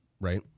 Right